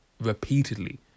repeatedly